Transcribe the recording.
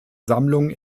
sammlung